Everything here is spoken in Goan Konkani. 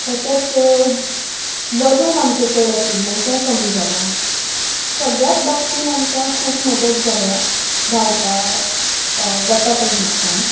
तशेंच वजन आमचें चड आशिल्लें तें कमी जालां सगळ्याच बाबतीन आमकां खूब मदत जाल्या धांवपा वता तेन्नाच्यान